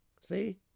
See